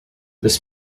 this